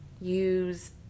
use